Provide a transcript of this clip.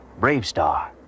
Bravestar